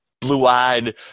blue-eyed